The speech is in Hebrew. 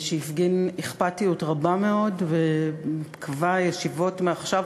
שהפגין אכפתיות רבה מאוד וקבע ישיבות מעכשיו לעכשיו,